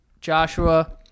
Joshua